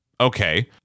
Okay